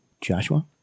Joshua